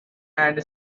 and